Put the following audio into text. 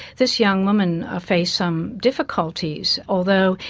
this young woman faced some difficulties, although,